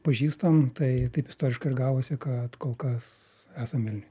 pažįstam tai taip istoriškai ir gavosi kad kol kas esam vilniuj